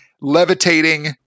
levitating